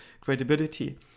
credibility